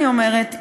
אני אומרת,